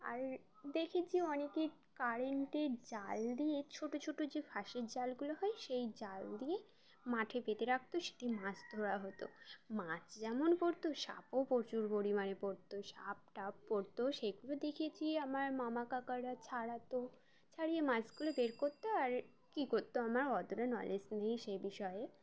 আর দেখেছি অনেকে কারেন্টের জাল দিয়ে ছোটো ছোটো যে ফাঁসের জালগুলো হয় সেই জাল দিয়ে মাঠে পেতে রাখতো সেটি মাছ ধরা হতো মাছ যেমন পড়ত সাপও প্রোচুর পরিমাণে পড়তো সাপ টাপ পড়ত সেগুলো দেখেছি আমার মামা কাকারা ছাড়াত ছাড়িয়ে মাছগুলো বের করত আর কী করত আমার অতটা নলেজ নেই সে বিষয়ে